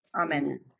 Amen